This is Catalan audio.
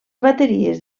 bateries